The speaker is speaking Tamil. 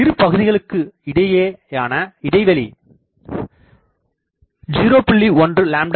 இரு பகுதிகளுக்கு இடையேயான இடைவெளி 0